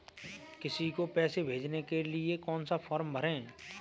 किसी को पैसे भेजने के लिए कौन सा फॉर्म भरें?